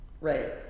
Right